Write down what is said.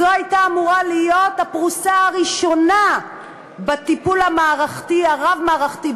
זו הייתה אמורה להיות הפרוסה הראשונה בטיפול הרב-מערכתי,